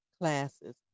classes